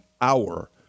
hour